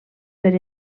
per